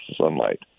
sunlight